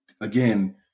again